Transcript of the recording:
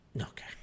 Okay